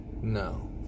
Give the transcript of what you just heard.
No